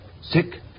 Sick